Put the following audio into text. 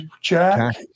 Jack